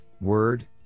word